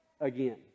again